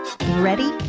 Ready